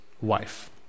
wife